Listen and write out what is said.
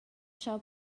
schau